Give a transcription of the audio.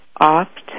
opt